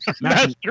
Master